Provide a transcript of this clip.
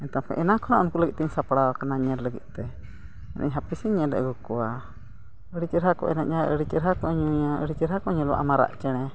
ᱛᱟᱨᱯᱚᱨᱮ ᱮᱱᱟᱝ ᱠᱷᱚᱱᱟᱜ ᱩᱱᱠᱩ ᱞᱟᱹᱜᱤᱫ ᱛᱮᱧ ᱥᱟᱯᱲᱟᱣ ᱠᱟᱱᱟ ᱧᱮᱞ ᱞᱟᱹᱜᱤᱫ ᱛᱮ ᱦᱟᱯᱮᱥᱮᱧ ᱧᱮᱞ ᱟᱹᱜᱩ ᱠᱚᱣᱟ ᱟᱹᱰᱤ ᱪᱮᱦᱨᱟ ᱠᱚ ᱮᱱᱮᱡᱼᱟ ᱟᱹᱰᱤ ᱪᱮᱦᱨᱟ ᱠᱚ ᱧᱩᱭᱟ ᱟᱹᱰᱤ ᱪᱮᱦᱨᱟ ᱠᱚ ᱧᱮᱞᱚᱜᱼᱟ ᱢᱟᱨᱟᱜ ᱪᱮᱬᱮ